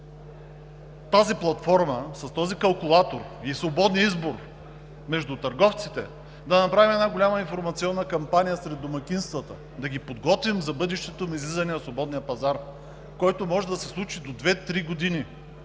тази платформа с този калкулатор и свободния избор между търговците, следва да направим една голяма информационна кампания сред домакинствата – да ги подготвим за бъдещото им излизане на свободния пазар, който може да се случи до две-три години,